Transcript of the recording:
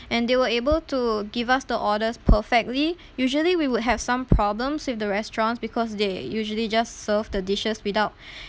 and they were able to give us the orders perfectly usually we would have some problems with the restaurants because they usually just serve the dishes without